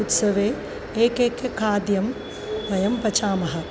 उत्सवे एकैकं खाद्यं वयं पचामः